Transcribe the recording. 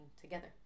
together